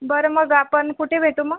बरं मग आपण कुठे भेटू मग